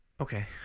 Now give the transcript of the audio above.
Okay